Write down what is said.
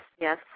Yes